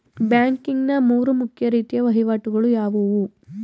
Banking ನ ಮೂರು ಮುಖ್ಯ ರೀತಿಯ ವಹಿವಾಟುಗಳು ಯಾವುವು?